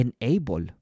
enable